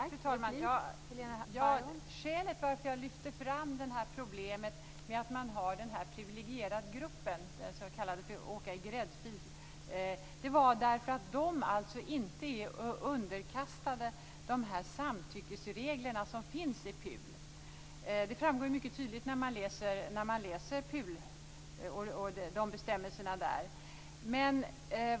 Fru talman! Skälet till att jag lyfte fram problemet med att ha den privilegierade gruppen, de som åker i "gräddfil", är att den inte är underkastad de samtyckesregler som finns i PUL. Det framgår ju mycket tydligt när man läser bestämmelserna i PUL.